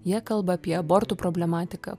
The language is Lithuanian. jie kalba apie abortų problematiką